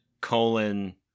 colon